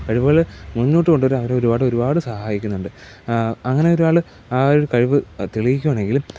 കഴിവുകൾ മുന്നോട്ട് കൊണ്ടുവരാൻ അവർ ഒരുപാട് ഒരുപാട് സഹായിക്കുന്നുണ്ട് അങ്ങനെ ഒരാൾ ആ ഒരു കഴിവ് തെളിയിക്കുകയാണെങ്കിൽ